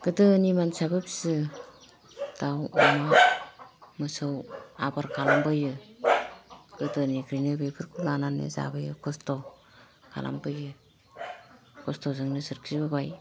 गोदोनि मानसियाबो फियो दाव अमा मोसौ आबाद खालामबोयो गोदोनिफ्रायनो बेफोरखौ लानानै जाबोयो खस्थ' खालामबोयो खस्थ' जोंनो सोरखिबोबाय